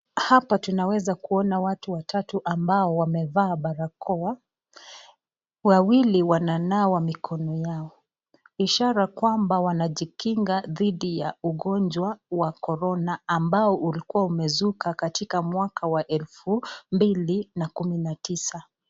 Hapa tunaweza kuona watu watatu ambao wamevaa barakoa Wawili wanawa mikono yao. Ishara kwamba yanajikinga dhidi ya ugonjwa wa korona ambao ulikua umezuka katika mwaka wa elfu mbili kumi na tisa.